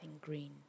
green